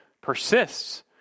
persists